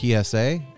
PSA